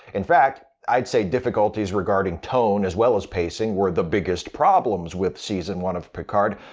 in fact, i'd say difficulties regarding tone, as well as pacing, were the biggest problems with season one of picard.